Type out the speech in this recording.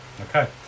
Okay